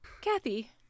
Kathy